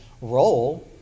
role